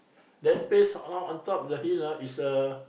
that place now on top the hill ah is a